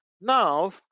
now